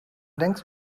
denkst